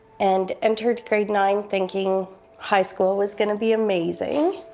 and entered grade nine, thinking high school was gonna be amazing,